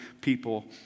people